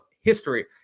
history